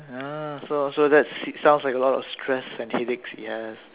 ah so so that's sounds like a lot of stress and headaches yes